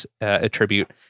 attribute